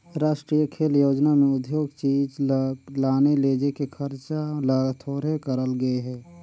रास्टीय रेल योजना में उद्योग चीच ल लाने लेजे के खरचा ल थोरहें करल गे हे